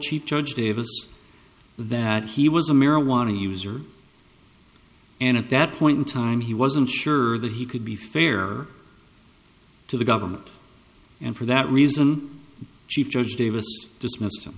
chief judge davis that he was a marijuana user and at that point in time he wasn't sure that he could be fair to the government and for that reason chief judge davis dismissed